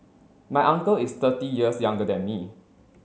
my uncle is thirty years younger than me